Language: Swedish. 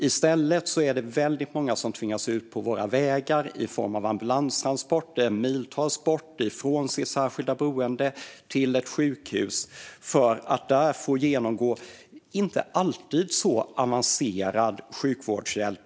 I stället är det väldigt många som tvingas ut på våra vägar för att med ambulans transporteras miltals från sitt särskilda boende till ett sjukhus, för att där genomgå inte alltid så avancerad sjukvård.